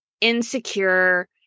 insecure